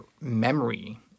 memory